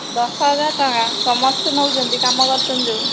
ଦଶହଜାର ଟଙ୍କା ସମସ୍ତେ ନଉଛନ୍ତି କାମ କରୁଛନ୍ତି ଯେଉଁ